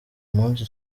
munsi